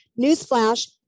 newsflash